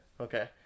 okay